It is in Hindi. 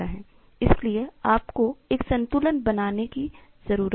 इसलिए आपको एक संतुलन बनाने की जरूरत है